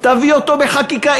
תביא אותו בחקיקה.